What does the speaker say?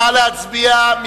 נא להצביע.